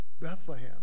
bethlehem